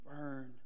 burn